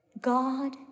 God